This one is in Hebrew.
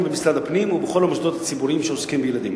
במשרד הפנים ובכל המוסדות הציבוריים שעוסקים בילדים.